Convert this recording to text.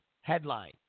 headline